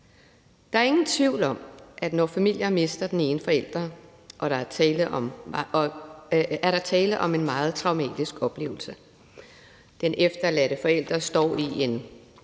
Der er ingen tvivl om, at når familier mister den ene forælder, er der tale om en meget traumatisk oplevelse. Den efterladte forælder står i en